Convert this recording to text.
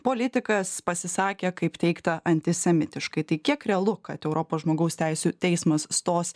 politikas pasisakė kaip teigta antisemitiškai tai kiek realu kad europos žmogaus teisių teismas stos